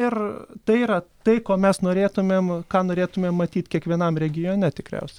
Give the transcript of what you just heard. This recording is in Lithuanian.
ir tai yra tai ko mes norėtumėm ką norėtumėm matyt kiekvienam regione tikriaus